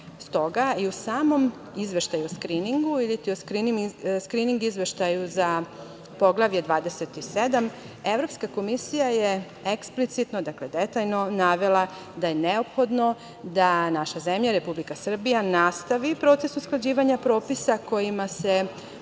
i u samom izveštaju o skriningu iliti o skrining izveštaju za Poglavlje 27, Evropska komisija je eksplicitno, dakle detaljno navela da je neophodno da naša zemlja, Republika Srbija, nastavi proces usklađivanja propisa kojima se uređuju